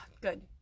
good